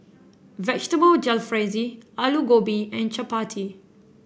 Vegetable Jalfrezi Alu Gobi and Chapati